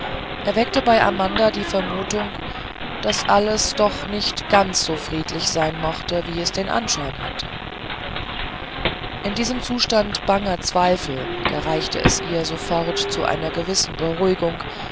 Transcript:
erweckte bei amanda die vermutung daß alles doch nicht ganz so friedlich sein mochte wie es den anschein hatte in diesem zustand banger zweifel gereichte es ihr sofort zu einer gewissen beruhigung